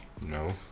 No